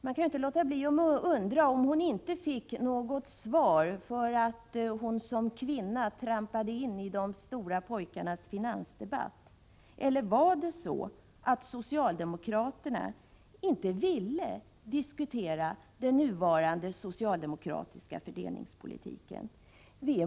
Man kan inte låta bli att undra om det faktum att hon inte fick något svar berodde på att hon som kvinna trampade in i de stora pojkarnas finansdebatt — eller vill socialdemokraterna inte diskutera den nuvarande socialdemokratiska fördelningspolitiken?